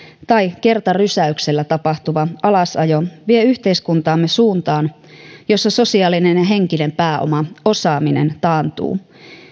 tai kertarysäyksellä tapahtuva alasajo vie yhteiskuntaamme suuntaan jossa sosiaalinen ja henkinen pääoma osaaminen taantuu